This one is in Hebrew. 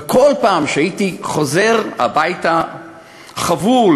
וכל פעם כשהייתי חוזר הביתה חבול